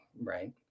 right